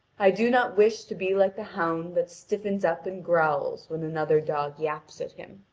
i do not wish to be like the hound that stiffens up and growls when another dog yaps at him.